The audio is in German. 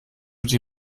die